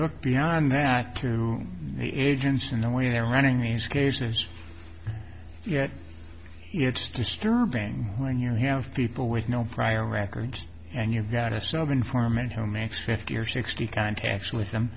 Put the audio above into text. look beyond that to the agents and the way they're running these cases yet it's disturbing when you're have people with no prior records and you've got a set of informant who makes fifty or sixty contacts with them